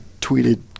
tweeted